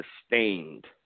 sustained